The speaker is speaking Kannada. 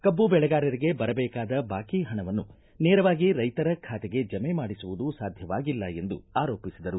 ಕಬ್ಬು ಬೆಳೆಗಾರರಿಗೆ ಬರಬೇಕಾದ ಬಾಕಿ ಹಣವನ್ನು ನೇರವಾಗಿ ರೈತರ ಖಾತೆಗೆ ಜಮೆ ಮಾಡಿಸುವುದು ಸಾಧ್ವವಾಗಿಲ್ಲ ಎಂದು ಆರೋಪಿಸಿದರು